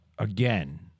Again